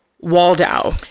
Waldau